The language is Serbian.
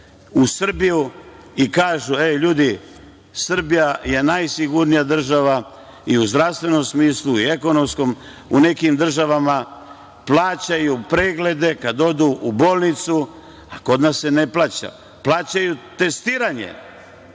u Srbiju i kažu – e ljudi, Srbija je najsigurnija država i u zdravstvenom smislu i ekonomskom. U nekim državama plaćaju preglede kada odu u bolnicu, a kod nas se ne plaća. Plaćaju testiranje